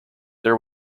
there